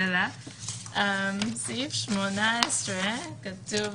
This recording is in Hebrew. בסעיף 18 כתוב: